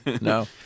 no